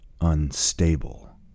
unstable